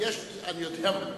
אני יודע מה עמדתך,